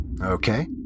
Okay